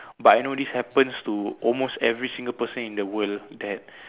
but I know this happens to almost every single person in the world that